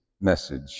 message